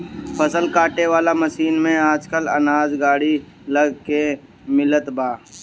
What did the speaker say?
फसल काटे वाला मशीन में आजकल अनाज गाड़ी लग के मिलत बा